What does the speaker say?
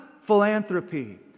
philanthropy